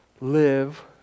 live